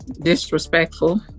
disrespectful